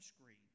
screen